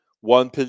One